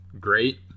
great